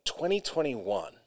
2021